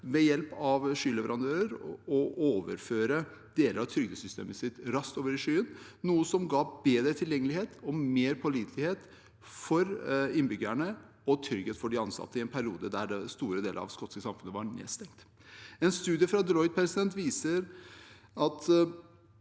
ved hjelp av skyleverandører å overføre deler av trygdesystemet sitt raskt over i skyen, noe som ga bedre tilgjengelighet og mer pålitelighet for innbyggere og trygghet for de ansatte i en periode der store deler av det skotske samfunnet var nedstengt. En studie av Deloitte om